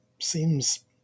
seems